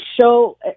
show